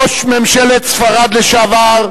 ראש ממשלת ספרד לשעבר,